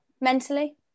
mentally